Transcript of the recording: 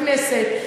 בכנסת,